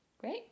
great